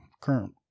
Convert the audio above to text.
Current